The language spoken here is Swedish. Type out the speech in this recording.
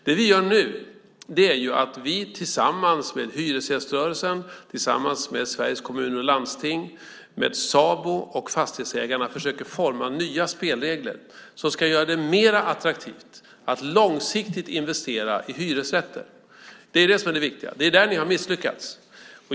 Det vi gör nu är att vi tillsammans med hyresgäströrelsen, Sveriges Kommuner och Landsting, SABO och Fastighetsägarna försöker forma nya spelregler som ska göra det mer attraktivt att långsiktigt investera i hyresrätter. Det är det som är det viktiga. Det är där ni har misslyckats.